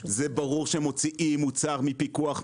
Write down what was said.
זה ברור שכשמוציאים מוצר מפיקוח,